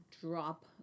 drop